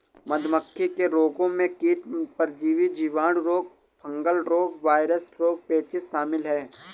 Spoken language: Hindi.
मधुमक्खी के रोगों में कीट और परजीवी, जीवाणु रोग, फंगल रोग, वायरल रोग, पेचिश शामिल है